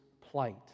plight